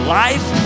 life